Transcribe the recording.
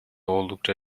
oldukça